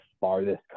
farthest